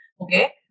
Okay